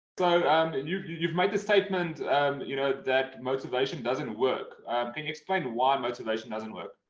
and and you've, you've you've made the statement you know, that motivation doesn't work. can you explain why motivation doesn't work?